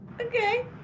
Okay